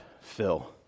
fill